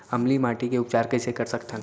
अम्लीय माटी के उपचार कइसे कर सकत हन?